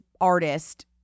artist